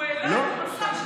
הוא העלה את המסך של המליאה,